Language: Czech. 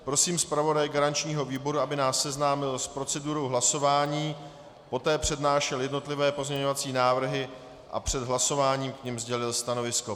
Prosím zpravodaje garančního výboru, aby nás seznámil s procedurou hlasování, poté přednášel jednotlivé pozměňovací návrhy a před hlasováním k nim sdělil stanovisko.